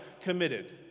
committed